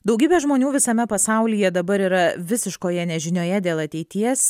daugybė žmonių visame pasaulyje dabar yra visiškoje nežinioje dėl ateities